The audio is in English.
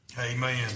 Amen